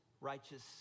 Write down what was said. righteous